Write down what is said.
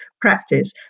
practice